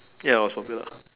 ya I was popular